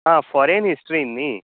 आं फॉरेन हिस्ट्रीन नी